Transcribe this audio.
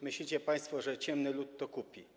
Myślicie państwo, że ciemny lud to kupi.